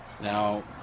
Now